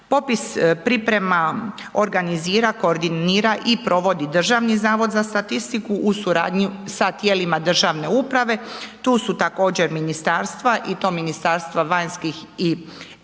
Popis, priprema, organizira, koordinira i provodi Državni zavod za statistiku uz suradnji sa tijelima državne uprave, tu su također ministarstva i to Ministarstvo vanjskih i europskih